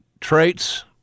traits